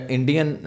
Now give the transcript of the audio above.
Indian